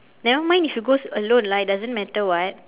nevermind you should go alone lah it doesn't matter [what]